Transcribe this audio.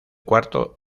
cuarto